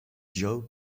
joe